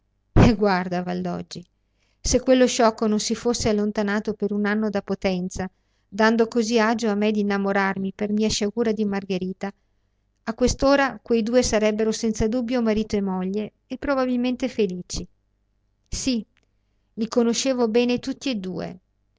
e guarda valdoggi se quello sciocco non si fosse allontanato per un anno da potenza dando così agio a me d'innamorarmi per mia sciagura di margherita a quest'ora quei due sarebbero senza dubbio marito e moglie e probabilmente felici ì i conoscevo bene tutti e due